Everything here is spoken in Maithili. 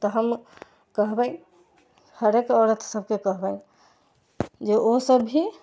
तऽ हम कहबै हरेक औरत सबके कहबै जे ओसब भी